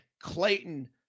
Clayton